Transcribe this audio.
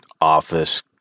office